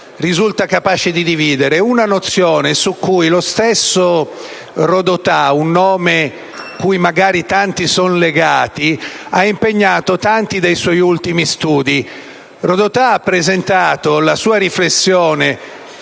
risulta capace di dividere? È una nozione su cui lo stesso Rodotà - un nome cui magari molti sono legati - ha impegnato tanti dei suoi ultimi studi. Rodotà ha presentato la sua riflessione